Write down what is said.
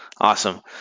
awesome